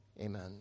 amen